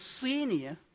senior